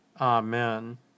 Amen